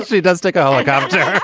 it does take a helicopter.